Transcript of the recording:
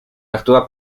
actúa